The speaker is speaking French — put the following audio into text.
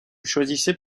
choisissait